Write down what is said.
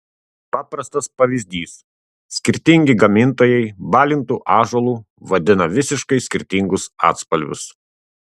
paprastas pavyzdys skirtingi gamintojai balintu ąžuolu vadina visiškai skirtingus atspalvius